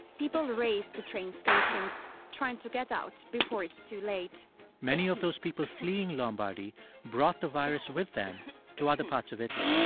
people race to train stations trying to get out before it's too late many of those people fleeing lombardy brought the virus with them to other parts of italy.